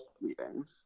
meetings